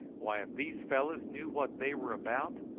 why, if these fellows knew what they were about,